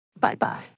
Bye-bye